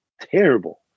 terrible